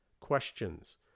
questions